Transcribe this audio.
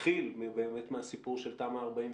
נתחיל באמת מהסיפור של תמ"א/42.